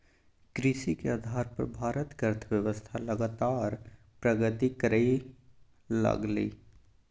कृषि के आधार पर भारत के अर्थव्यवस्था लगातार प्रगति करइ लागलइ